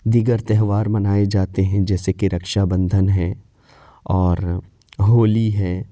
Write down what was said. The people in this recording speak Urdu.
دیگر تہوار منائے جاتے ہیں جیسے کہ رکشا بندھن ہے اور ہولی ہیں